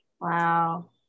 Wow